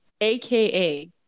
aka